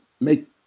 make